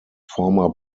former